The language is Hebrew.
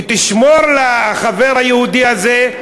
ותשמור לחבר היהודי הזה.